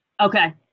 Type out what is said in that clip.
Okay